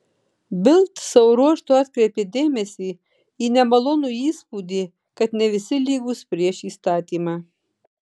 bild savo ruožtu atkreipė dėmesį į nemalonų įspūdį kad ne visi lygūs prieš įstatymą